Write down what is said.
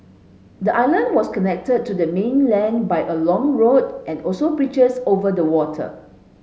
the island was connected to the mainland by a long road and also bridges over the water